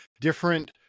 different